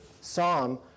Psalm